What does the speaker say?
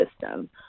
system